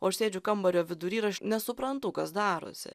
o aš sėdžiu kambario vidury ir aš nesuprantu kas darosi